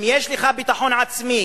אם יש לך ביטחון עצמי